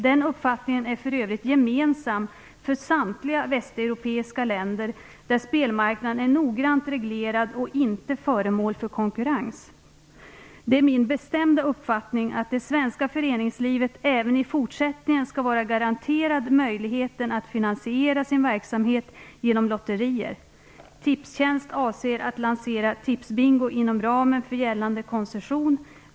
Den uppfattningen är för övrigt gemensam för samtliga Västeuropeiska länder, där spelmarknaden är noggrant reglerad och inte föremål för konkurrens. Det är min bestämda uppfattning att det svenska föreningslivet även i fortsättningen skall vara garanterad möjligheter att finansiera sin verksamhet genom lotterier. Tipstjänst avser att lansera Tipsbingo inom ramen för gällande koncession.